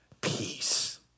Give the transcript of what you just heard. peace